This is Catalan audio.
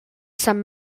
sant